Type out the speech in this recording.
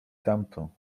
tamto